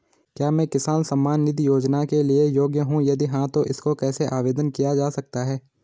क्या मैं किसान सम्मान निधि योजना के लिए योग्य हूँ यदि हाँ तो इसको कैसे आवेदन किया जा सकता है?